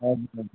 हजुर सर